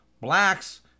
blacks